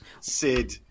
Sid